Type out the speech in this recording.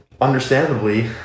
understandably